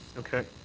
okay.